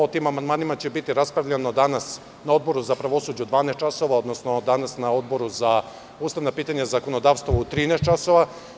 O tim amandmanima će biti raspravljano danas na Odboru za pravosuđe u 12,00 časova, odnosno na Odboru za ustavna pitanja i zakonodavstvo u 13.00 časova.